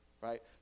right